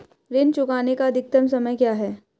ऋण चुकाने का अधिकतम समय क्या है?